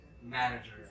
Manager